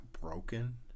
broken